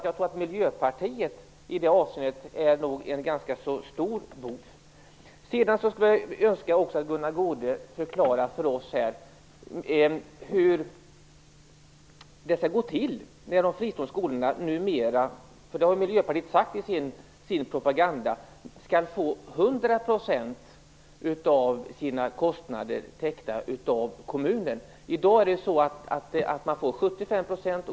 Jag tror att Miljöpartiet i det avseendet är en ganska stor bov. Jag skulle också önska att Gunnar Goude förklarar för oss hur det skall gå till när de fristående skolorna skall få 100 % av sina kostnader täckta av kommunen. Det har Miljöpartiet sagt i sin propaganda. I dag får man 75 %.